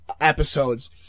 episodes